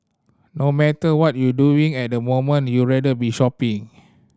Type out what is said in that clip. no matter what you doing at the moment you rather be shopping